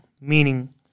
Meaning